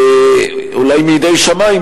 אולי מידי שמים,